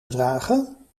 bedragen